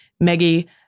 Meggie